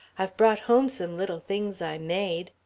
i've brought home some little things i made